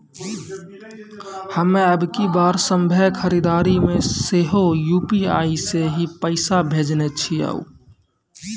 हम्मे अबकी बार सभ्भे खरीदारी मे सेहो यू.पी.आई से ही पैसा भेजने छियै